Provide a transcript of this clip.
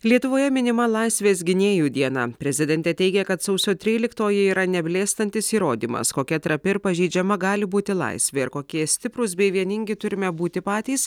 lietuvoje minima laisvės gynėjų diena prezidentė teigia kad sausio tryliktoji yra neblėstantis įrodymas kokia trapi ir pažeidžiama gali būti laisvė ir kokie stiprūs bei vieningi turime būti patys